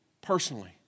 personally